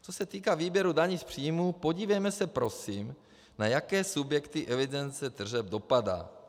Co se týká výběru daní z příjmů, podívejme se prosím, na jaké subjekty evidence tržeb dopadá.